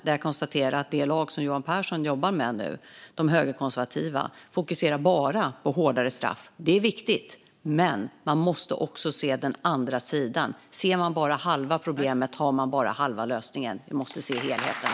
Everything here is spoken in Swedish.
Det lag som Johan Pehrson jobbar med nu, de högerkonservativa, fokuserar bara på hårdare straff. Det är viktigt, men man måste också se den andra sidan. Ser man bara halva problemet har man bara halva lösningen. Man måste se helheten.